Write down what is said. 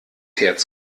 herz